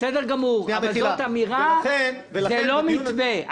בסדר גמור אבל זו אמירה, זה לא מתווה.